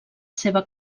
seva